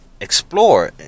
explore